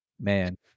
Man